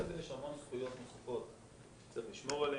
אחרי זה יש המון זכויות נוספות וצריך לשמור עליהן.